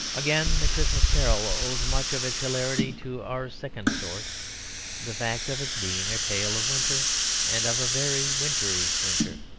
again, the christmas carol owes much of its hilarity to our second source the fact of its being a tale of winter and of a very wintry winter.